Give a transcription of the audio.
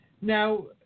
Now